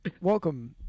Welcome